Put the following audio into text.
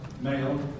male